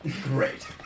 Great